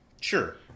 Sure